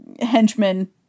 henchmen